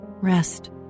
rest